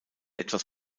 etwas